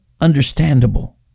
understandable